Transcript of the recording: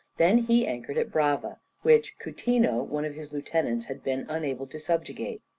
then he anchored at brava, which coutinho, one of his lieutenants had been unable to subjugate.